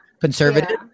conservative